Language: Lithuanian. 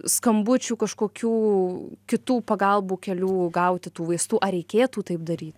skambučių kažkokių kitų pagalbų kelių gauti tų vaistų ar reikėtų taip dary